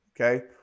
Okay